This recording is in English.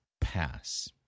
pass